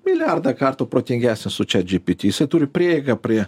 milijardą kartų protingesnis su chat gpt jisai turi prieigą prie